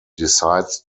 decides